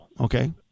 Okay